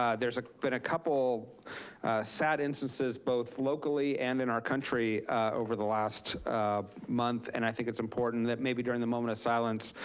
ah there's been a couple sad instances both locally and in our country over the last month. and i think it's important, that maybe during the moment of silence,